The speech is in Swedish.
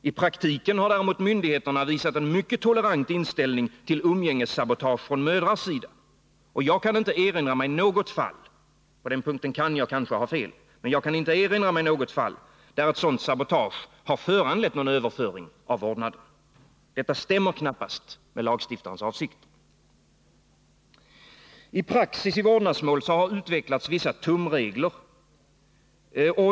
I praktiken har däremot myndigheterna visat en mycket tolerant inställning till umgängessabotage från mödrars sida. Jag kan inte erinra mig något fall där ett sådant sabotage föranlett överföring av vårdnaden. På den punkten kan jag kanske ha fel, men jag kan inte erinra mig något sådant fall. Detta stämmer knappast med lagstiftarens avsikter. I praxis i vårdnadsmål har utvecklats vissa tumregler.